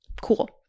cool